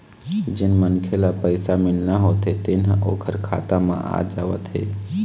जेन मनखे ल पइसा मिलना होथे तेन ह ओखर खाता म आ जावत हे